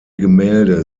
gemälde